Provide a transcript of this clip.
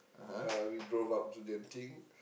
uh we drove up to Genting